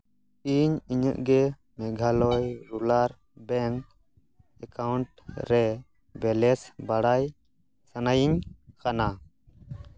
ᱤᱧ ᱤᱧᱟᱹᱜ ᱜᱮ ᱢᱮᱜᱷᱟᱞᱚᱭ ᱨᱩᱨᱟᱞ ᱵᱮᱝᱠ ᱮᱠᱟᱣᱩᱱᱴ ᱨᱮ ᱵᱮᱞᱮᱱᱥ ᱵᱟᱲᱟᱭ ᱥᱟᱱᱟᱭᱤᱧ ᱠᱟᱱᱟ